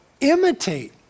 imitate